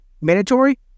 mandatory